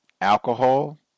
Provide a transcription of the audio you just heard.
alcohol